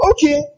Okay